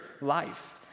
life